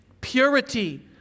purity